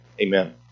Amen